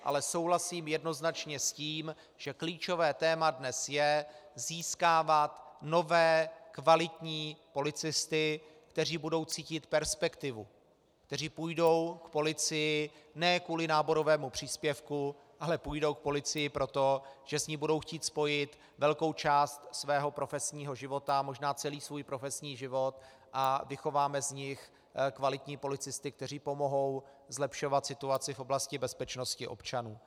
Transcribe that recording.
Ale souhlasím jednoznačně s tím, že klíčové téma dnes je získávat nové kvalitní policisty, kteří budou cítit perspektivu, kteří půjdou k policii ne kvůli náborovému příspěvku, ale půjdou k policii proto, že s ní budou chtít spojit velkou část svého profesního života, možná celý svůj profesní život, a vychováme z nich kvalitní policisty, kteří pomohou zlepšovat situaci v oblasti bezpečnosti občanů.